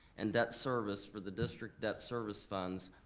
and debt service for the district debt service funds.